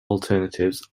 alternatives